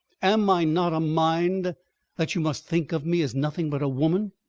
am i not a mind that you must think of me as nothing but a woman?